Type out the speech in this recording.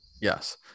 Yes